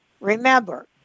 Remember